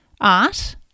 art